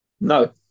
No